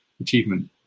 achievement